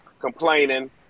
complaining